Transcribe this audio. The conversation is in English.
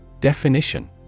Definition